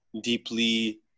deeply